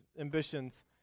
ambitions